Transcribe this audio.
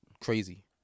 crazy